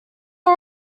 all